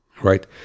right